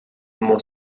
more